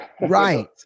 Right